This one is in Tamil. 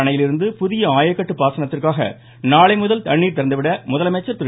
அணையிலிருந்து புதிய கோவை மாவட்டம் பாசனத்திற்காக நாளைமுதல் தண்ணீர் திறந்துவிட முதலமைச்சர் திரு